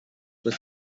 were